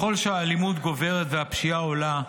שהאלימות גוברת והפשיעה עולה,